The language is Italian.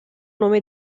nome